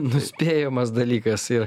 nuspėjamas dalykas ir